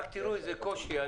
רק תראו איזה קושי.